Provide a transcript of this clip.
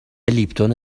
لیپتون